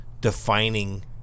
defining